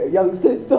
Youngsters